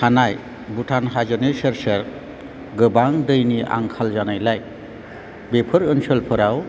थानाय भुटान हाजोनि सेर सेर गोबां दैनि आंखाल जानायलाय बेफोर ओनसोलफोराव